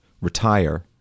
retire